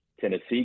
Tennessee